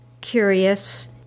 curious